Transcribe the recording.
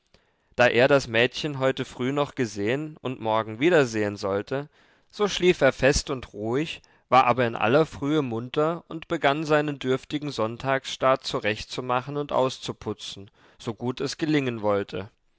da er das mädchen heute früh noch gesehen und morgen wieder sehen sollte so schlief er fest und ruhig war aber in aller frühe munter und begann seinen dürftigen sonntagsstaat zurechtzumachen und auszuputzen so gut es gelingen wollte